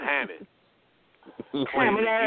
Hammond